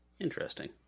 Interesting